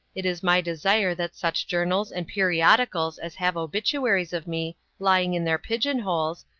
it is my desire that such journals and periodicals as have obituaries of me lying in their pigeonholes,